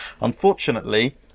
Unfortunately